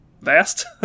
Vast